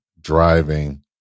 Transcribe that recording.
driving